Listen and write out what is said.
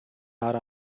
out